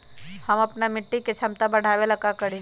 हम अपना मिट्टी के झमता बढ़ाबे ला का करी?